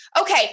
okay